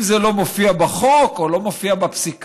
אם זה לא מופיע בחוק או לא מופיע בפסיקה